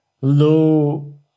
low